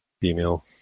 female